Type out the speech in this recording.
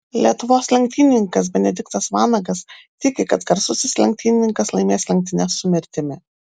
lietuvos lenktynininkas benediktas vanagas tiki kad garsusis lenktynininkas laimės lenktynes su mirtimi